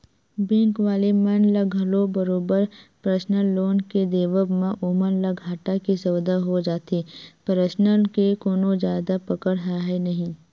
bank वाले मन ल घलो बरोबर परसनल लोन के देवब म ओमन ल घाटा के सौदा हो जाथे परसनल के कोनो जादा पकड़ राहय नइ